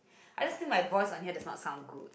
I don't think my voice on here is not sound good